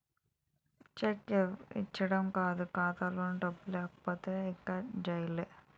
check ఇచ్చీడం కాదు ఖాతాలో డబ్బులు లేకపోతే ఇంక జైలే